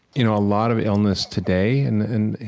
you know a lot of illness today and and